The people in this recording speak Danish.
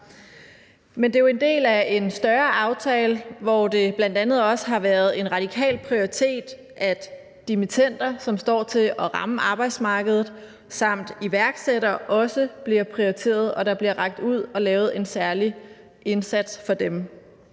Men det er jo en del af en større aftale, hvor det bl.a. også har været en radikal prioritet, at dimittender, som står til at ramme arbejdsmarkedet, og iværksættere, også bliver prioriteret, og at der bliver rakt ud og gjort en særlig indsats for dem.